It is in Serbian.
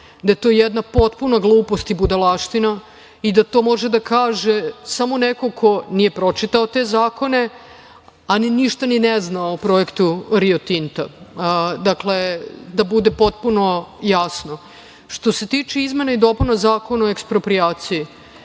da je to jedna potpuna glupost i budalaština i da to može da kaže samo neko ko nije pročitao te zakone, a ništa ni ne zna o projektu "Rio Tinto". Dakle, da bude potpuno jasno. Što se tiče izmena i dopuna Zakona o eksproprijaciji,